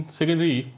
secondary